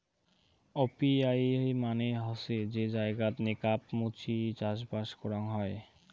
apiary মানে হসে যে জায়গাত নেকাব মুচি চাষবাস করাং হই